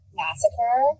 massacre